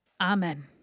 Amen